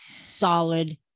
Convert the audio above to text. solid